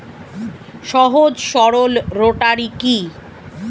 সহজ সরল রোটারি কি?